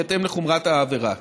בהתאם לחומרת העבירה.